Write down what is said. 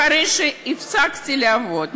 אחרי שהפסקתי לעבוד,